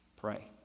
pray